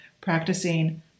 practicing